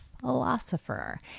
philosopher